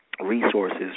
resources